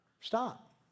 Stop